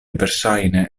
verŝajne